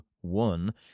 One